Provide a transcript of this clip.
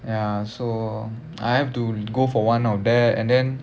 ya so I have to go for one of that and then